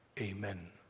Amen